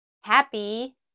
happy